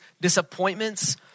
disappointments